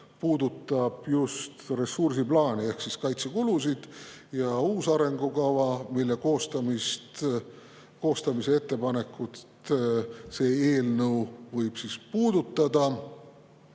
puudutab just ressursiplaani ehk kaitsekulusid, ja uus arengukava, mille koostamise ettepanekut see eelnõu võib puudutada,